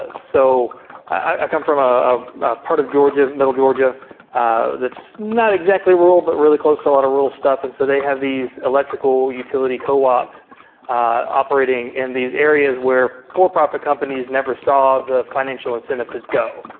ah so i come from ah a part of georgia, middle georgia that's not exactly rural but really close to a lot of rural stuff. and so they have these electrical utility co-ops operating in these areas where for profit companies never saw the financial incentive to go.